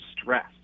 stress